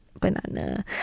banana